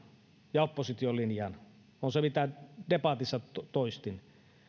ja opposition linjaa on se mitä debatissa toistin